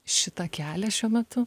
šitą kelią šiuo metu